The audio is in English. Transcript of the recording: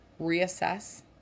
Reassess